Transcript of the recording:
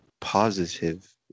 positive